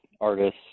artists